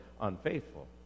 unfaithful